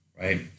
right